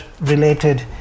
related